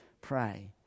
pray